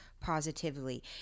positively